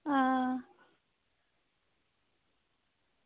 आं